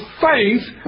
faith